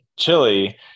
Chili